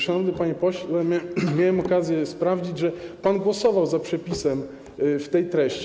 Szanowny panie pośle, miałem okazję sprawdzić, że pan głosował za przepisem tej treści.